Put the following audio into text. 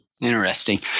Interesting